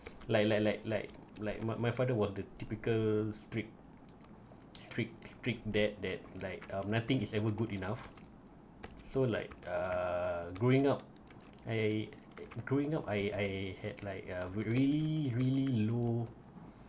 like like like like like my my father was the typical strict strict strict that that like um nothing is ever good enough so like uh growing up I growing up I I had like a really really low